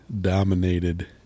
dominated